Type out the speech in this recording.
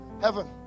heaven